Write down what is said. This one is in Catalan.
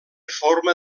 forma